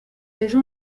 ejo